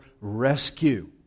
rescue